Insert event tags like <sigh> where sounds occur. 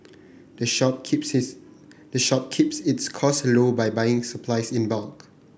the shop <unintelligible> the shop keeps its costs low by buying its supplies in bulk